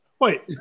Wait